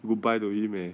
goodbye to him eh